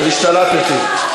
השתלטתי.